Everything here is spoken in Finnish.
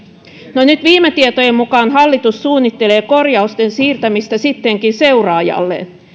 no nyt viime tietojen mukaan hallitus suunnittelee sittenkin korjausten siirtämistä seuraajalleen